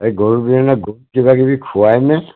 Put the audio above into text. এই গৰু বিহুৰ দিনা গৰুক কিবা কিবি খোৱানে